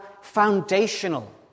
foundational